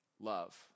love